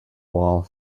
wall